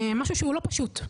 זה היה משהו לא פשוט.